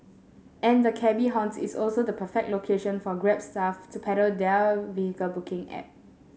and the cabby haunt is also the perfect location for Grab staff to peddle their vehicle booking app